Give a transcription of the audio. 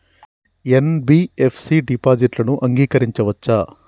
NBFC డిపాజిట్లను అంగీకరించవచ్చా?